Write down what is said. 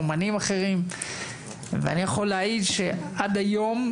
אמנים אחרים ואני יכול להעיד שעד היום,